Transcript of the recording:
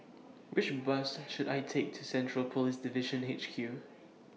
Which Bus should I Take to Central Police Division H Q